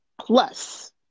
plus